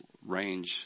Range